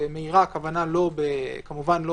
"מהירה" הכוונה כמובן לא